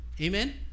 Amen